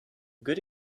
good